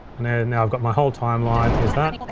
and there, now i've got my whole timeline. here's that.